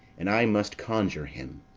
and i must conjure him.